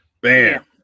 bam